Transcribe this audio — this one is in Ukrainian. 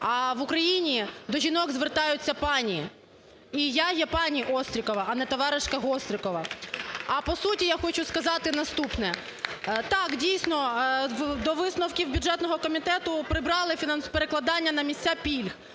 а в Україні до жінок звертаються "пані". І я є пані Острікова, а не товаришка Гострікова. А, по суті, я хочу сказати наступне. Так, дійсно, до висновків бюджетного комітету прибрали перекладання на місця пільг,